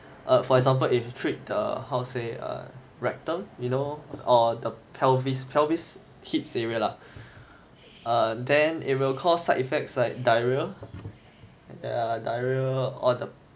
err for example if you treat the how to say err rectum or you know or the pelvis pelvis hip area lah err then it will cause side effects like diarrhoea diarrhoea all the